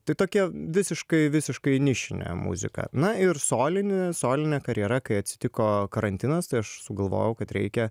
tai tokia visiškai visiškai nišinė muzika na ir solinį solinė karjera kai atsitiko karantinas tai aš sugalvojau kad reikia